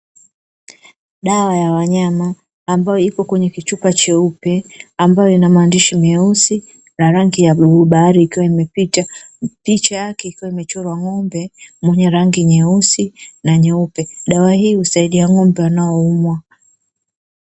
Dawa ya wanyama ambayo ipo kwenye kichupa cheupe ambayo ina maandishi meusi na rangi ya bluu bahari, ikiwa imepita, picha yake ikiwa imechorwa ng'ombe mwenye rangi nyeusi na nyeupe. Dawa hii husaidia ng'ombe wanaoumwa.